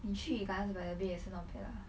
你去 gardens by the bay 也是 not bad lah